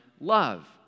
love